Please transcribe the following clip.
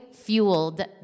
fueled